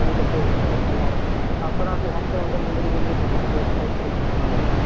வடிக்கட்டிவிட்டாக்கா நல்லாயிருக்கும் சார் அப்புறம் வந்து லாஸ்ட்டில் வந்து முந்திரி கிந்திரி போட்டாக்கா அது ஒரு டேஸ்ட்டு கொஞ்சம் நல்லா வரும்